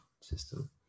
system